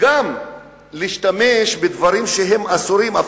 גם להשתמש בדברים אסורים,